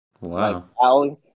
Wow